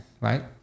right